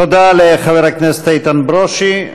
תודה לחבר הכנסת איתן ברושי.